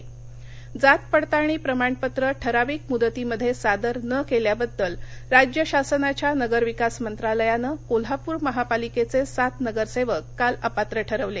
नगरसेवक अपात्र जात पडताळणी प्रमाणपत्र ठरावीक मुदतीमध्ये सादर न केल्याबद्दल राज्य शासनाच्या नगरविकास मंत्रालयानं कोल्हापूर महापालिकेचे सात नगरसेवक काल अपात्र ठरवले